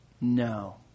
No